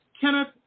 Kenneth